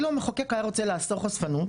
אילו המחוקק היה רוצה לאסור חשפנות,